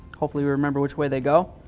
hopefully remember which way they go,